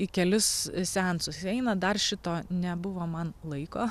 į kelis seansus eina dar šito nebuvo man laiko